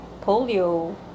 Polio